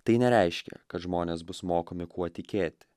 tai nereiškia kad žmonės bus mokomi kuo tikėti